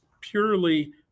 purely